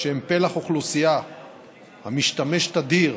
שהם פלח אוכלוסייה המשתמש תדיר